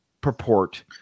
purport